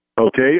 Okay